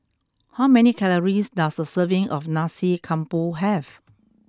how many calories does a serving of Nasi Campur have